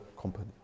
company